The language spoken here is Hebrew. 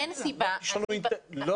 אין סיבה ש --- כן,